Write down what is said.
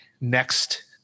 next